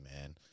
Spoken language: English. man